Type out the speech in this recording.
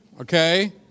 okay